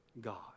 God